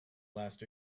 last